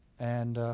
and,